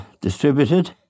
distributed